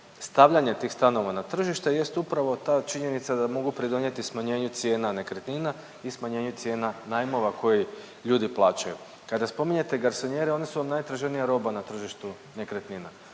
stavljanja tih stanova na tržište jest upravo ta činjenica da mogu pridonijeti smanjenju cijena nekretnina i smanjenju cijena najmova koji ljudi plaćaju. Kada spominjete garsonijere one su vam najtraženija roba na tržištu nekretnina,